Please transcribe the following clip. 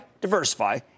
diversify